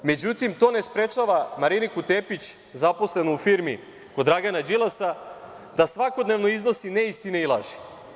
Međutim, to ne sprečava Mariniku Tepić, zaposlenu u firmi kod Dragana Đilasa, da svakodnevno iznosi neistine i laži.